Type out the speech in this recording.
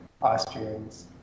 austrians